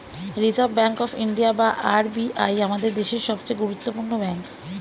reserve bank of India বা RBI আমাদের দেশের সবচেয়ে গুরুত্বপূর্ণ ব্যাঙ্ক